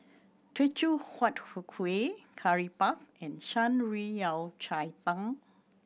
Teochew Huat Kuih Curry Puff and Shan Rui Yao Cai Tang